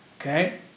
okay